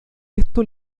esto